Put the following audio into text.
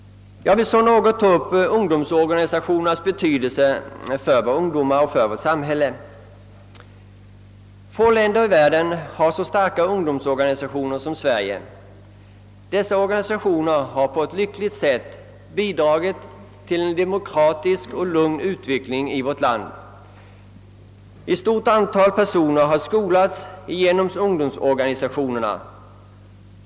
Jag vill sedan något beröra frågan om ungdomsorganisationernas betydelse för våra ungdomar och för vårt samhälle. Få länder i världen har så starka ungdomsorganisationer som Sverige. Dessa organisationer har på ett lyckligt sätt bidragit till en demokratisk och lugn utveckling i vårt land. Ett stort antal personer har skolats genom ungdomsorganisationerna.